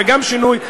וגם שינוי,